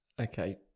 Okay